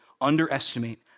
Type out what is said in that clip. underestimate